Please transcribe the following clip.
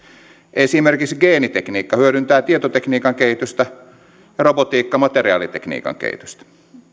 esimerkiksi geenitekniikka hyödyntää tietotekniikan kehitystä ja robotiikka materiaalitekniikan kehitystä